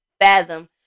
fathom